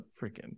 freaking